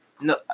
No